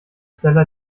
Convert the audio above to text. stella